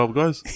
guys